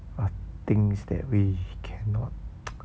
!wah! things that we cannot